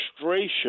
frustration